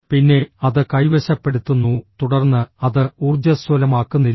പിന്നെ അത് കൈവശപ്പെടുത്തുന്നു തുടർന്ന് അത് ഊർജ്ജസ്വലമാക്കുന്നില്ല